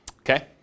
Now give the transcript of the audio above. Okay